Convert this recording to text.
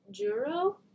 Juro